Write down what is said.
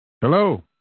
Hello